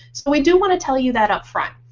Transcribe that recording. but we do want to tell you that up front.